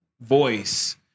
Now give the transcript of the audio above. voice